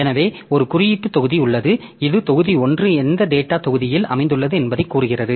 எனவே ஒரு குறியீட்டு தொகுதி உள்ளது இது தொகுதி 1 எந்த டேட்டாத் தொகுதியில் அமைந்துள்ளது என்பதைக் கூறுகிறது